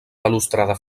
balustrada